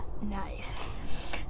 Nice